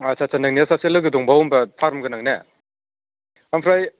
आटसा सा नोंनियाव सासे लोगो दंबावो होमबा फार्म गोनां ना ओमफ्राय